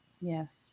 yes